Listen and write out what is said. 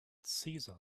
cesar